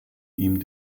ihm